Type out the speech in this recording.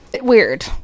Weird